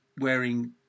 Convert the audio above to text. wearing